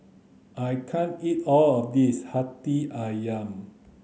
I can't eat all of this Hati Ayam